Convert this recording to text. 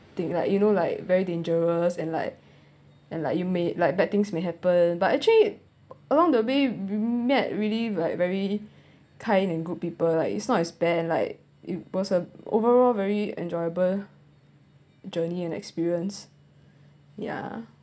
think like you know like very dangerous and like and like you may like bad things may happen but actually along the way we met really like very kind and good people like it's not as bad and like it was a overall very enjoyable journey and experience yeah